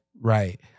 Right